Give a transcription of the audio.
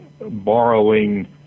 borrowing